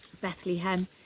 Bethlehem